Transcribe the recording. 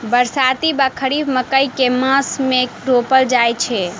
बरसाती वा खरीफ मकई केँ मास मे रोपल जाय छैय?